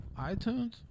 iTunes